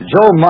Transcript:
Joe